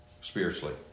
spiritually